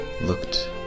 looked